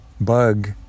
bug